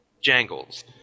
Jangles